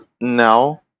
now